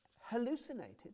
hallucinated